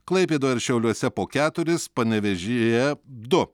klaipėdoje ir šiauliuose po keturis panevėžyje du